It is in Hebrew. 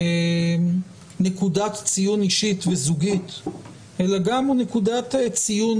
נקודת ציון אישית וזוגית אלא גם נקודת ציון